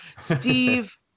Steve